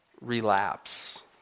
relapse